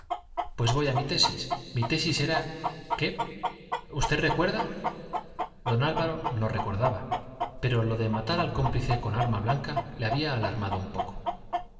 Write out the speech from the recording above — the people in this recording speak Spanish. pero voy a mi tesis mi tesis era qué usted recuerda don álvaro no recordaba pero lo de matar al cómplice con arma blanca le había alarmado un poco